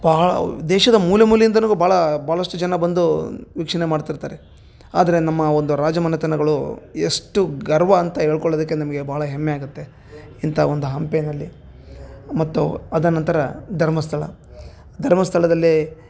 ಬಹಳ ದೇಶದ ಮೂಲೆ ಮೂಲೆಯಿಂದನು ಭಾಳ ಭಾಳಷ್ಟು ಜನ ಬಂದು ವೀಕ್ಷಣೆ ಮಾಡ್ತಿರ್ತಾರೆ ಆದರೆ ನಮ್ಮ ಒಂದು ರಾಜಮನೆತನಗಳು ಎಷ್ಟು ಗರ್ವ ಅಂತ ಹೇಳ್ಕೊಳ್ಳೋದಕ್ಕೆ ನಮಗೆ ಭಾಳ ಹೆಮ್ಮೆ ಆಗತ್ತೆ ಇಂಥಾ ಒಂದು ಹಂಪೆನಲ್ಲಿ ಮತ್ತು ಆದ ನಂತರ ಧರ್ಮಸ್ಥಳ ದರ್ಮಸ್ತಳದಲ್ಲಿ